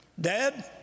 Dad